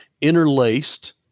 interlaced